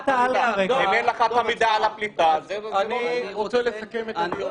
אם אין לך את המידע על הפליטה --- אני רוצה לסכם את הדיון.